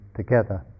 together